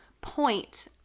point